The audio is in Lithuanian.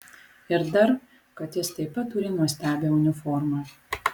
ir dar kad jis taip pat turi nuostabią uniformą